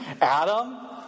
Adam